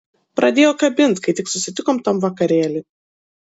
pradėjo kabint kai tik susitikom tam vakarėly